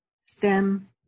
STEM